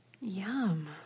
Yum